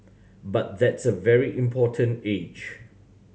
but that's a very important age